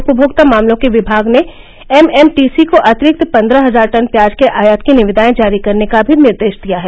उपभोक्ता मामलों के विभाग ने एमएमटीसी को अंतिरिक्त पन्द्रह हजार टन प्याज के आयात की निविदाएं जारी करने का भी निर्देश दिया है